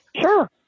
Sure